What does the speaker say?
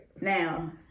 Now